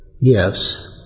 Yes